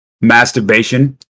masturbation